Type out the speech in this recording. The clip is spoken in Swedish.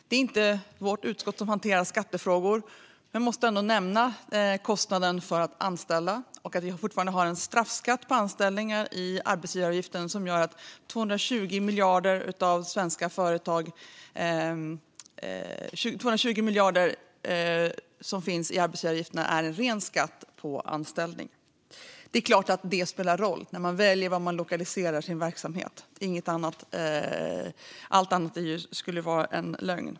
Det är inte vårt utskott som hanterar skattefrågor, men jag måste ändå nämna kostnaden för att anställa och att vi fortfarande har en straffskatt på anställningar i arbetsgivaravgiften som gör att 220 miljarder som finns i arbetsgivaravgifterna är en ren skatt på anställning. Det är klart att det spelar roll när man väljer var man lokaliserar sin verksamhet. Allt annat skulle vara en lögn.